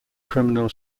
criminal